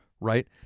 Right